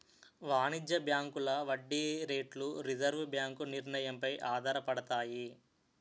వాణిజ్య బ్యాంకుల వడ్డీ రేట్లు రిజర్వు బ్యాంకు నిర్ణయం పై ఆధారపడతాయి